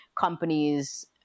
companies